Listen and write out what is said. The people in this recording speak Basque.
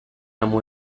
amu